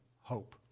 hope